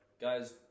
guys